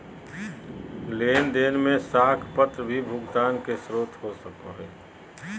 लेन देन में साख पत्र भी भुगतान के स्रोत हो सको हइ